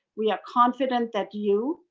we are confident that you,